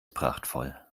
prachtvoll